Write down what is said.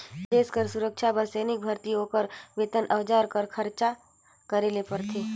देस कर सुरक्छा बर सैनिक भरती, ओकर बेतन, अउजार कर खरचा करे ले परथे